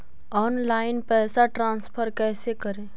Online पैसा transfer कैसे करे?